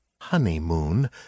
honeymoon